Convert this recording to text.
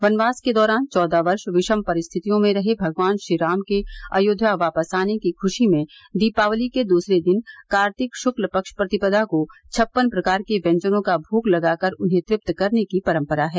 वनवास के दौरान चौदह वर्ष विषम परिस्थितियों में रहे भगवान श्री राम के अयोध्या वापस आने की खुशी में दीपावली के दूसरे दिन कार्तिक शुक्ल पक्ष प्रतिपदा को छप्पन प्रकार के व्यंजनों का भोग लगाकर उन्हें तृप्त करने की परम्परा है